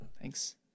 Thanks